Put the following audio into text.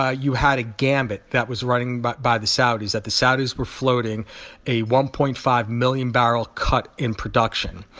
ah you had a gambit that was running but by the saudis, that the saudis were floating a one point five million-barrel cut in production,